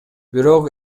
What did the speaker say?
бирок